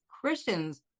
Christians